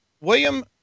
William